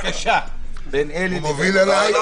יש תחרות קשה בין אלי לבינו.